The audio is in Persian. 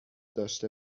داشته